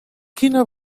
quina